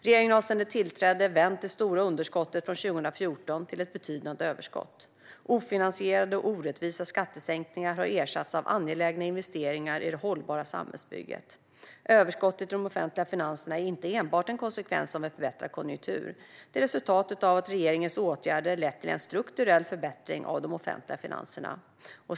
Regeringen har sedan den tillträdde vänt det stora underskottet från 2014 till ett betydande överskott. Ofinansierade och orättvisa skattesänkningar har ersatts av angelägna investeringar i det hållbara samhällsbygget. Överskottet i de offentliga finanserna är inte enbart en konsekvens av en förbättrad konjunktur. Det är ett resultat av att regeringens åtgärder har lett till en strukturell förbättring av de offentliga finanserna.